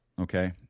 okay